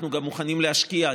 אנחנו מוכנים גם להשקיע.